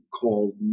called